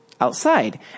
outside